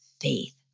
faith